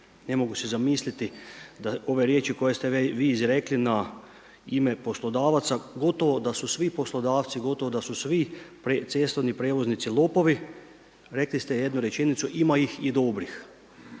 ne mogu si zamisliti da ove riječi koje ste vi izrekli na ime poslodavaca, gotovo da su svi poslodavci, gotovo da su svi cestovni prijevoznici lopovi. Rekli ste jednu rečenicu, ima ih i dobrih.